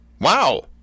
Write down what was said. wow